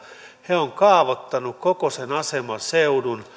he ovat kaavoittaneet koko sen aseman seudun